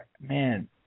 man